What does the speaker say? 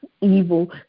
evil